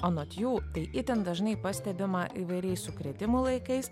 anot jų tai itin dažnai pastebima įvairiais sukrėtimų laikais